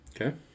Okay